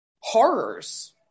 horrors